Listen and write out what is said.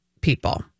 people